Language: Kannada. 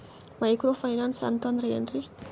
ಮೈಕ್ರೋ ಫೈನಾನ್ಸ್ ಅಂತಂದ್ರ ಏನ್ರೀ?